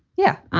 yeah,